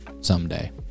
someday